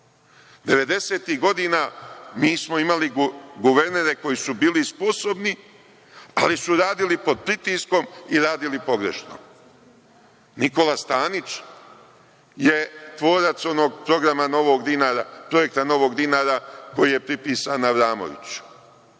godina mi smo imali guvernere koji su bili sposobni, ali su radili pod pritiskom i radili pogrešno. Nikola Stanić je tvorac onog projekta novog dinara, koji je pripisan Avramoviću,